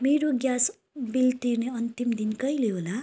मेरो gas bill तिर्ने अन्तिम दिन कहिले होला